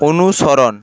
অনুসরণ